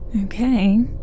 Okay